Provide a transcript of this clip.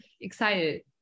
excited